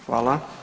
Hvala.